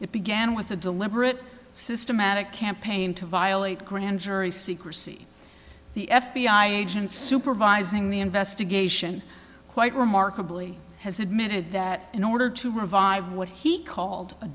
it began with a deliberate systematic campaign to violate grand jury secrecy the f b i agent supervising the investigation quite remarkably has admitted that in order to revive what he called a